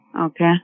okay